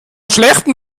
schlechtem